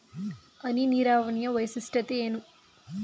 ಹನಿ ನೀರಾವರಿಯ ವೈಶಿಷ್ಟ್ಯತೆ ಏನು?